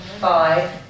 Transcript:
five